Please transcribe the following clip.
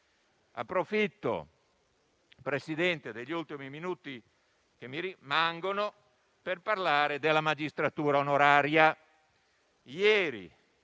approfitto degli ultimi minuti che mi rimangono per parlare della magistratura onoraria.